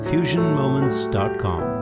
FusionMoments.com